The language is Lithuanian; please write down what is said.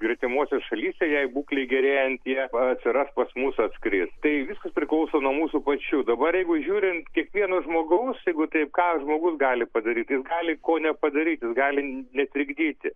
gretimose šalyse jei būklei gerėjant jie atsiras pas mus atskris tai viskas priklauso nuo mūsų pačių dabar jeigu žiūrint kiekvieno žmogaus jeigu taip ką žmogus gali padaryt jis gali ko nepadaryt jis gali netrikdyti